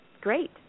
great